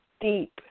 deep